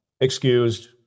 Excused